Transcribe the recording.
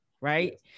right